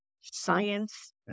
science